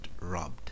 robbed